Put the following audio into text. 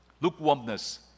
Lukewarmness